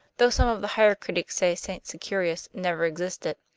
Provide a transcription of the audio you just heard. though some of the higher critics say st. securis never existed,